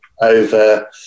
over